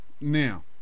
Now